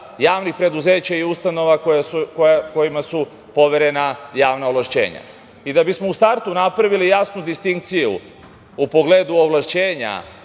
javnih preduzeća i ustanova kojima su poverena javna ovlašćenja. Da bismo u startu napravili jasnu distinkciju u pogledu ovlašćenja